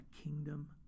kingdom